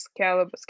scalable